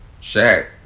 Shaq